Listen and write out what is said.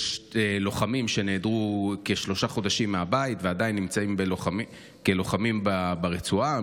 יש לוחמים שנעדרו כשלושה חודשים מהבית ועדיין נמצאים כלוחמים ברצועה,